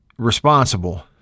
responsible